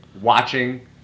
watching